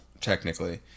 technically